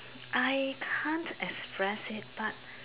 I can't express it but